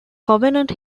covenant